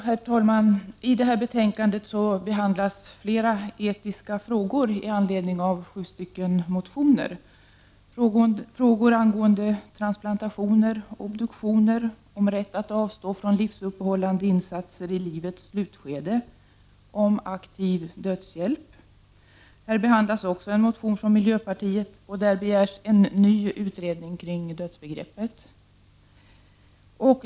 Herr talman! I detta betänkande behandlas flera etiska frågor i anledning av sju motioner, frågor angående transplantationer, obduktioner, frågor om rätten att avstå från livsuppehållande insatser i livets slutskede och om aktiv dödshjälp. Här behandlas också en motion från miljöpartiet, där en ny utredning kring dödsbegreppet begärs.